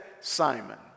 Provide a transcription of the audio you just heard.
Simon